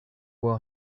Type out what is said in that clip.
will